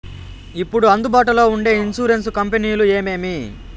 ఇప్పుడు అందుబాటులో ఉండే ఇన్సూరెన్సు కంపెనీలు ఏమేమి?